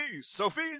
Sophie